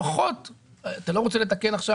לפחות אם אתה לא רוצה לתקן עכשיו,